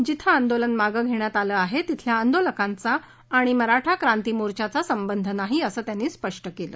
जिथं आंदोलन मागं घेण्यात आलं आहे तिथल्या आंदोलकांचा आणि मराठा क्रांती मोर्चाचा संबंध नाही असं त्यांनी स्पष्ट केलं